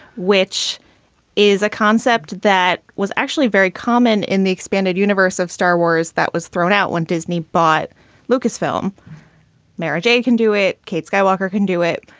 which is a concept that was actually very common in the expanded universe of star wars that was thrown out when disney bought lucasfilm marriage and can do it kate skywalker can do it,